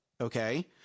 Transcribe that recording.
Okay